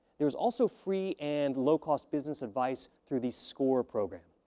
there is also free and low-cost business advice through the score program,